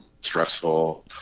stressful